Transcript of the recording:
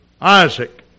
Isaac